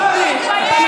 מותר לי.